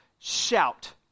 Shout